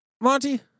Monty